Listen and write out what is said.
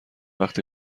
وقتی